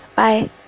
Bye